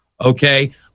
Okay